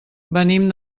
venim